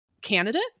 candidate